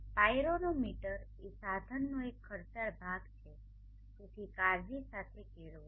pyranometer એ સાધનનો એક ખર્ચાળ ભાગ છે તેથી કાળજી સાથે કેળવો